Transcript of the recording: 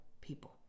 people